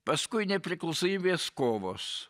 paskui nepriklausomybės kovos